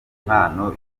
impano